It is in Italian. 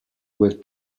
quel